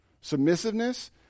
Submissiveness